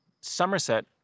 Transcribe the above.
Somerset